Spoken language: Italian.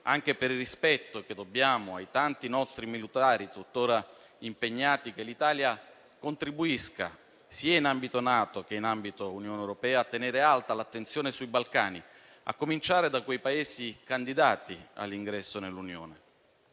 per il rispetto che dobbiamo ai tanti nostri militari tuttora impegnati, che l'Italia contribuisca sia in ambito NATO sia in ambito di Unione europea a tenere alta l'attenzione sui Balcani, a cominciare dai Paesi candidati all'ingresso nell'Unione.